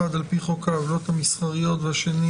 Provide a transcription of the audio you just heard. אחד על-פי חוק העוולות המסחריות והשני